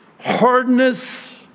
hardness